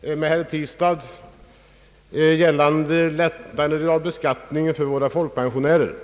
med herr Tistad gällande lättnader av beskattningen för våra folkpensionärer.